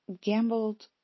gambled